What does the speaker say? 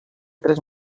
tres